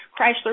Chrysler